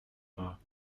bras